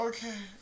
Okay